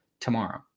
tomorrow